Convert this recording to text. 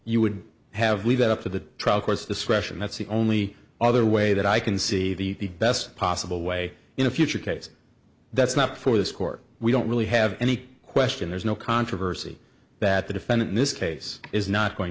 you would have leave that up to the trial courts discretion that's the only other way that i can see the best possible way in a future case that's not for this court we don't really have any question there's no controversy that the defendant in this case is not going